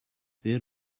there